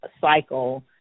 cycle